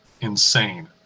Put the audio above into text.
insane